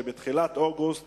שבתחילת אוגוסט